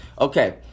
Okay